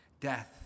Death